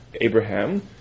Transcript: Abraham